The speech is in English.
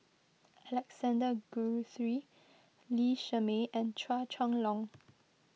Alexander Guthrie Lee Shermay and Chua Chong Long